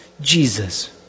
Jesus